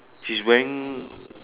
she's wearing